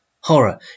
horror